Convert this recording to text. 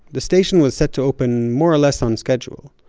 the station was set to open more or less on schedule.